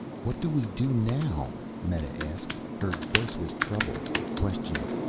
what do we do now? meta asked. her voice was troubled, questioning.